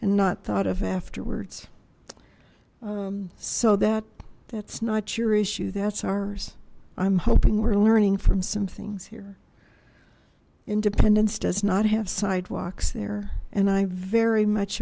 and not thought of afterwards so that that's not your issue that's our i'm hoping we're learning from some things here independence does not have sidewalks there and i very much